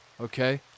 Okay